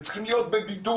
הם צריכים להיות בבידוד.